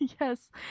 yes